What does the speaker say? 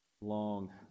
long